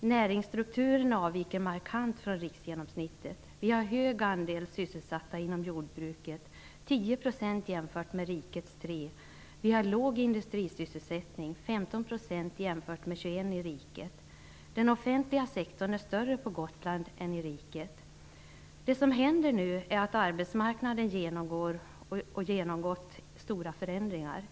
Näringsstrukturen avviker markant från riksgenomsnittet. Vi har hög andel sysselsatta inom jordbruket - 10 % jämfört med rikets 3 %. Vi har låg industrisysselsättning - 15 % jämfört med 21 % i riket. Den offentliga sektorn är större på Gotland än i riket. Det som händer nu är att arbetsmarknaden genomgått och genomgår stora förändringar.